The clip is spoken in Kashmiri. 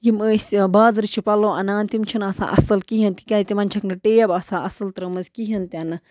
یِم أسۍ بازرٕ چھِ پَلو اَنان تِم چھِنہٕ آسان اَصٕل کِہیٖنۍ تِکیٛازِ تِمَن چھَکھ نہٕ ٹیب آسان اَصٕل ترٲومٕژ کِہیٖنۍ تہِ نہٕ